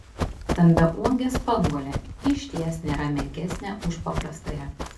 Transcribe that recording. stambiauogė spanguolė išties nėra menkesnė už paprastąją